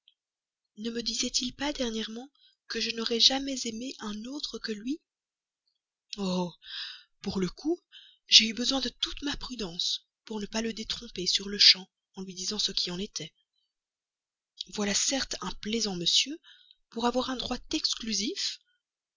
ne me disait-il pas dernièrement que je n'aurais jamais aimé un autre que lui oh pour le coup j'ai eu besoin de toute ma prudence pour ne pas le détromper sur-le-champ en lui disant ce qui en était voilà certes un plaisant monsieur pour avoir un droit exclusif